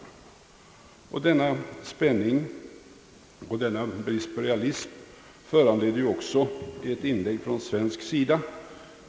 Denna spänning och denna brist på realism föranledde också ett inlägg från svensk sida.